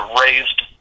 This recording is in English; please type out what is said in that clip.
raised